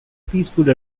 peaceful